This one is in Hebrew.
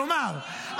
כלומר,